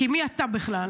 כי מי אתה בכלל.